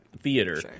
theater